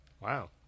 Wow